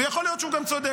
ויכול להיות שהוא גם צודק,